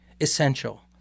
essential